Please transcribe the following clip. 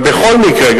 אבל בכל מקרה,